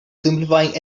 simplifying